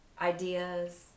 ideas